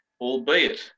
albeit